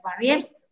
barriers